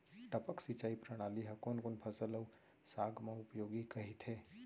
टपक सिंचाई प्रणाली ह कोन कोन फसल अऊ साग म उपयोगी कहिथे?